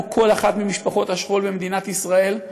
כמו כל אחת ממשפחות השכול במדינת ישראל,